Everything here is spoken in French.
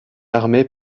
armée